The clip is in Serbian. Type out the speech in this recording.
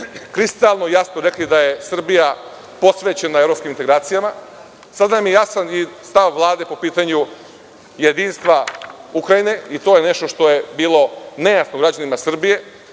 kristalno jasno rekli da je Srbija posvećena evropskim integracijama. Sada nam je jasan i stav Vlade po pitanju jedinstva Ukrajine. I to je nešto što je bilo nejasno građanima Srbije.